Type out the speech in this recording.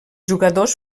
jugadors